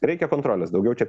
reikia kontrolės daugiau čia